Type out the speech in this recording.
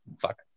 fuck